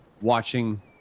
watching